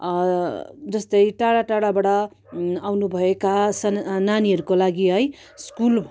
जस्तै टाडा टाडाबाट आउनु भएका सानो नानीहरूको लागि है स्कुल